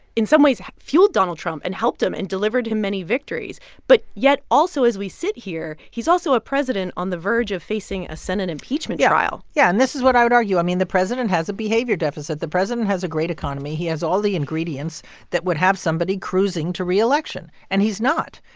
in some ways, fueled donald trump and helped him and delivered him many victories. but yet also, as we sit here, he's also a president on the verge of facing a senate impeachment trial yeah. yeah, and this is what i would argue. i mean, the president has a behavior deficit. the president has a great economy. he has all the ingredients that would have somebody cruising to reelection, and he's not.